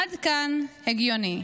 עד כאן הגיוני".